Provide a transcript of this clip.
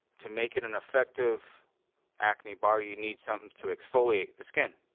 to make it an effective acne bar, you need something to exfoliate the skin.